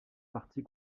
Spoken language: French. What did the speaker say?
partie